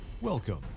Welcome